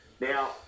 Now